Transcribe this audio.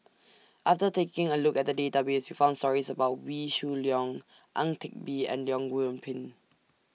after taking A Look At The Database We found stories about Wee Shoo Leong Ang Teck Bee and Leong Yoon Pin